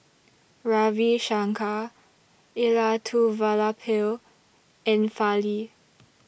Ravi Shankar Elattuvalapil and Fali